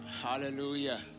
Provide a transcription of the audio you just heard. Hallelujah